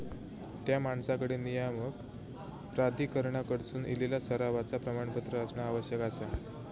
त्या माणसाकडे नियामक प्राधिकरणाकडसून इलेला सरावाचा प्रमाणपत्र असणा आवश्यक आसा